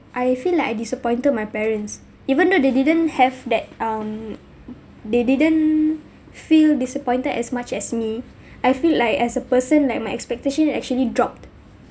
I feel like I disappointed my parents even though they didn't have that um they didn't feel disappointed as much as me I feel like as a person like my expectation actually dropped